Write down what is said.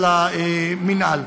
של המינהל.